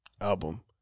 album